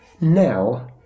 now